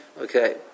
Okay